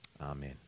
Amen